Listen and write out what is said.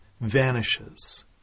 vanishes